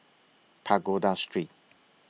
Pagoda Street